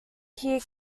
here